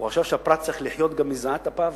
הוא גם חשב שהפרט צריך לחיות מזיעת אפו.